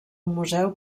museu